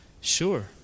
Sure